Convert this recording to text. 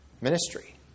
ministry